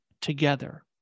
together